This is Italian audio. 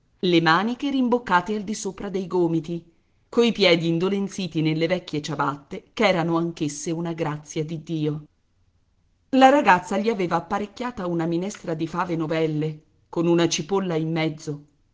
le maniche rimboccate al disopra dei gomiti coi piedi indolenziti nelle vecchie ciabatte ch'erano anch'esse una grazia di dio la ragazza gli aveva apparecchiata una minestra di fave novelle con una cipolla in mezzo